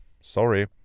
Sorry